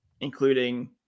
including